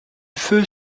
feu